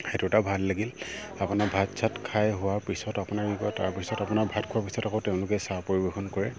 সেইটো এটা ভাল লাগিল আপোনাৰ ভাত চাত খাই হোৱাৰ পিছত আপোনাৰ কি কয় তাৰপিছত আপোনাৰ ভাত খোৱাৰ পিছত আকৌ তেওঁলোকে চাহ পৰিৱেশন কৰে